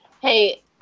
hey